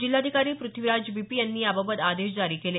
जिल्हाधिकारी Prithviraj B P यांनी याबाबत आदेश जारी केले